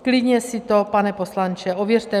Klidně si to, pane poslanče, ověřte.